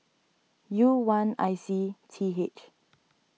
U one I C T H